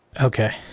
okay